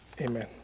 amen